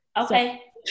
Okay